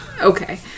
Okay